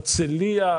הרצליה,